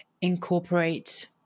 incorporate